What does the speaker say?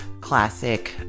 classic